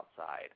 outside